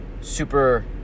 super